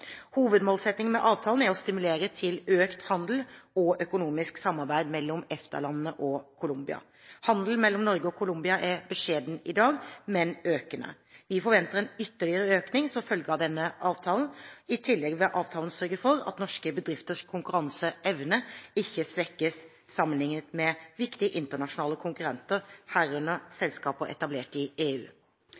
Hovedmålsettingen med avtalen er å stimulere til økt handel og økonomisk samarbeid mellom EFTA-landene og Colombia. Handelen mellom Norge og Colombia er beskjeden i dag, men økende. Vi forventer en ytterligere økning som følge av denne avtalen. I tillegg vil avtalen sørge for at norske bedrifters konkurranseevne ikke svekkes sammenlignet med viktige internasjonale konkurrenter, herunder selskaper etablert i EU.